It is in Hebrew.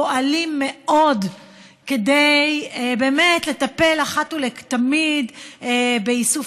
פועלים הרבה מאוד כדי לטפל אחת ולתמיד באיסוף